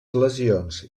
lesions